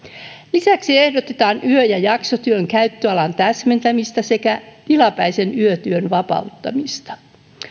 lisäksi ehdotetaan yö ja jaksotyön käyttöalan täsmentämistä sekä tilapäisen yötyön vapauttamista